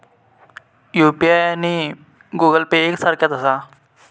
UPI आणि Google pay एक सारख्याच आसा?